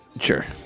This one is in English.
Sure